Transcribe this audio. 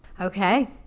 okay